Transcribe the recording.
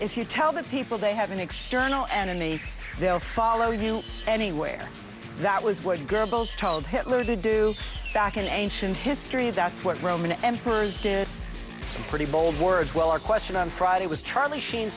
if you tell the people they have an external enemy they'll follow you anywhere that was what gerbils told hitler to do back in ancient history that's what roman emperors did some pretty bold words well our question on friday was charlie sheen